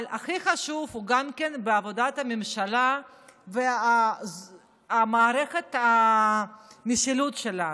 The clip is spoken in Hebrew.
אבל הוא הכי חשוב בעבודת הממשלה ובמערכת המשילות שלנו.